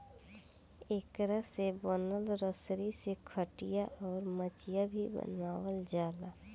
एकरा से बनल रसरी से खटिया, अउर मचिया भी बनावाल जाला